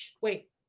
Wait